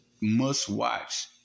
must-watch